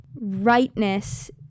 rightness